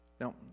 now